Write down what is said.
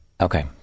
Okay